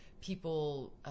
people